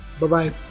Bye-bye